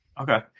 Okay